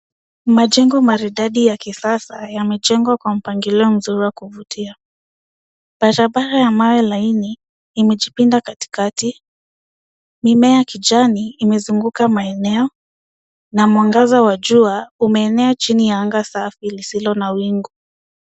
Majengo maridadi ya kisasa yamejengwa kwa mpangilio mzuri wa kuvutia. Barabara ya mawe lainj imejipinda katikati, mimea ya kijani imezunguka maeneo na mwangaza wa jua umeenea chini ya anga safi lisilo na wingu.